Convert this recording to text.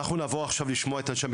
אנחנו נעבור עכשיו לשמוע את אנשי המקצוע.